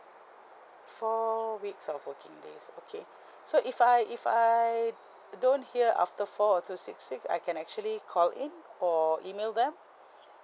four weeks of working days okay so if I if I don't hear after four or to six weeks I can actually call in or email them